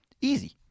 Easy